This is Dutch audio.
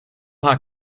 haar